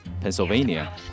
Pennsylvania